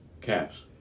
caps